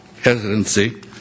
hesitancy